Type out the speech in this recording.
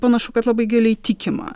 panašu kad labai giliai tikima